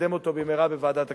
ולקדם אותו במהרה בוועדת הכנסת.